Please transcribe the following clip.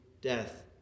death